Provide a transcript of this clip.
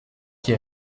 qui